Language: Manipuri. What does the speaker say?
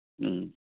ꯎꯝ